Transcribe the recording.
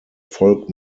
folk